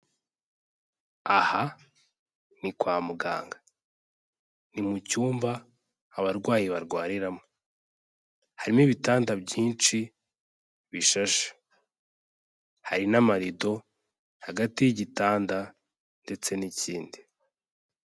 Aha ni kwa muganga. Ni mu cyumba abarwayi barwariramo. Harimo ibitanda byinshi bishashe. Hari n'amarido hagati y'igitanda ndetse n'ikindi.